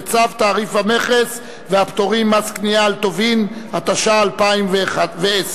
וצו תעריף המכס והפטורים ומס קנייה על טובין (תיקון מס' 13),